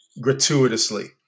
gratuitously